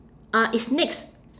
uh it's next